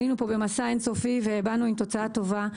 היינו במסע אין סופי ובאנו עם תוצאה טובה,